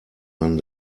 man